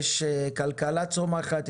יש כלכלה צומחת,